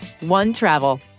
OneTravel